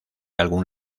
algún